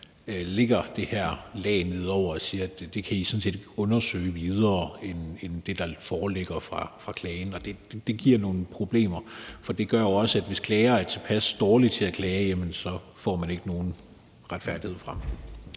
lægger det her lag ned over det og siger: Det kan I sådan set undersøge videre end det, der foreligger i henhold til klagen. Og det giver nogle problemer, for det gør jo også, at hvis en klager er tilpas dårlig til at klage, får man ikke nogen retfærdighed frem.